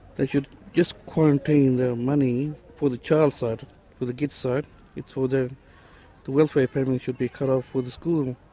they should just quarantine the money for the child's side, for the kids' sort of the welfare payment should be cut off for the schooling.